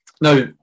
Now